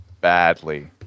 badly